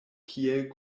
kiel